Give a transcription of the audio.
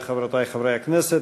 חברי וחברותי חברי הכנסת,